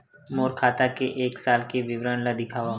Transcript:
मोर खाता के एक साल के विवरण ल दिखाव?